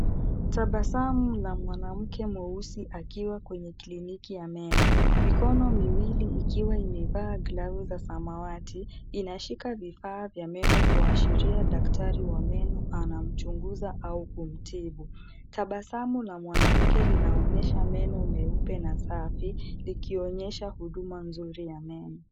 Tabasamu la mwanamke mweusi akiwa kwenye kliniki ya meno. Mikono miwili ikiwa imevaa glavu za samawati inashika vifaa vya meno kuashiria daktari wa meno anamchunguza au kumtibu. Tabasamu la mwanamke linaonyesha meno meupe na safi likionyesha huduma nzuri ya meno.